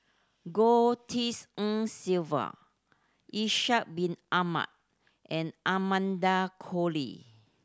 Goh Tshin En Sylvia Ishak Bin Ahmad and Amanda Koe Lee